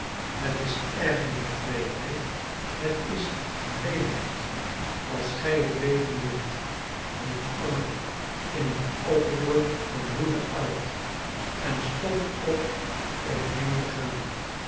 het is erger dan wreedheid het is gemeenheid als gij het weten wilt riep anna in een oproer van woede uit en stond op om heen te gaan